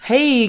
Hey